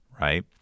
right